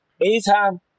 Anytime